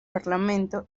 parlamento